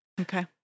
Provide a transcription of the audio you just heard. Okay